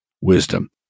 wisdom